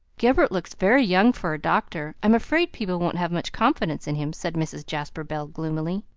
gilbert looks very young for a doctor. i'm afraid people won't have much confidence in him, said mrs. jasper bell gloomily.